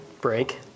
break